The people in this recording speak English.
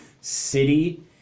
city